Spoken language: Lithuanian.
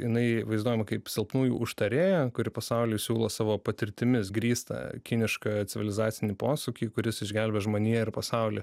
jinai vaizduojama kaip silpnųjų užtarėja kuri pasauliui siūlo savo patirtimis grįstą kinišką civilizacinį posūkį kuris išgelbės žmoniją ir pasaulį